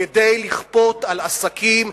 כדי לכפות על עסקים,